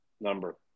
number